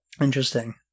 Interesting